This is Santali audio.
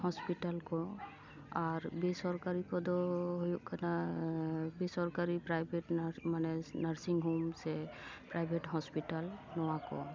ᱦᱳᱥᱯᱤᱴᱟᱞ ᱠᱚ ᱟᱨ ᱵᱮᱥᱚᱨᱠᱟᱨᱤ ᱠᱚᱫᱚ ᱦᱩᱭᱩᱜ ᱠᱟᱱᱟ ᱵᱮᱥᱚᱨᱠᱟᱨᱤ ᱯᱨᱟᱭᱵᱷᱮᱴ ᱢᱟᱱᱮ ᱱᱟᱨᱥᱤᱝ ᱦᱳᱢ ᱥᱮ ᱯᱨᱟᱭᱵᱷᱮᱴ ᱦᱳᱥᱯᱤᱴᱟᱞ ᱱᱚᱣᱟ ᱠᱚ